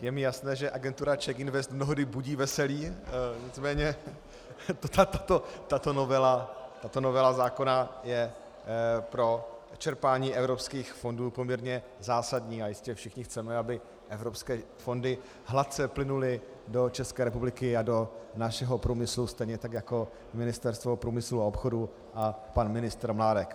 Je mi jasné, že agentura CzechInvest mnohdy budí veselí, nicméně tato novela zákona je pro čerpání evropských fondů poměrně zásadní a jistě všichni chceme, aby evropské fondy hladce plynuly do České republiky a do našeho průmyslu stejně tak jako Ministerstvo průmyslu a obchodu a pan ministr Mládek.